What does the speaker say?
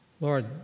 Lord